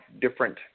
different